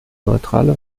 neutrale